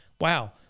wow